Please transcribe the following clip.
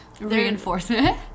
Reinforcement